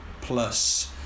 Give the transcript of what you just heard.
plus